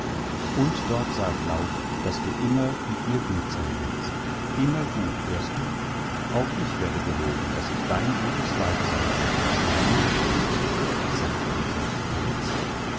und dort sag laut daß du immer mit mir gut sein willst immer gut hörst du auch ich werde geloben daß ich dein gutes weib sein werde solange ich lebe sag peter willst